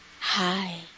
Hi